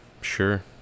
Sure